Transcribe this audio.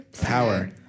Power